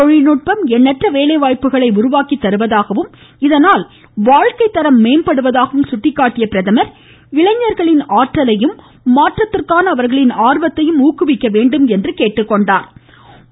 தொழில்நுட்பம் எண்ணற்ற வேலைவாய்ப்புகளை உருவாக்கித் தருவதாகவம் இதனால் வாழ்க்கைத்தரம் மேம்படுவதாகவும் சுட்டிக்காட்டிய பிரதமர் இளைஞர்களின் சக்தியையும் மாற்றத்திற்கான அவர்களின் ஆர்வத்தையும் ஊக்குவிக்க வேண்டும் என கேட்டுக்கொண்டார்